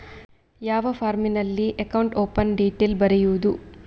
ಯಾವ ಫಾರ್ಮಿನಲ್ಲಿ account open detail ಬರೆಯುವುದು?